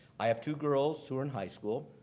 i have two girls who are in high school.